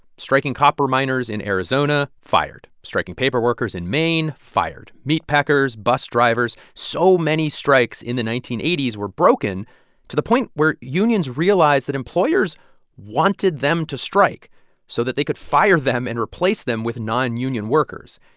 striking copper miners in arizona fired. striking paper workers in maine fired. meatpackers, bus drivers so many strikes in the nineteen eighty s were broken to the point where unions realized that employers wanted them to strike so that they could fire them and replace them with nonunion workers.